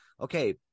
Okay